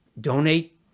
Donate